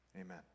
Amen